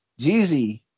Jeezy